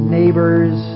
neighbors